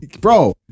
bro